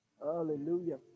hallelujah